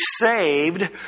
saved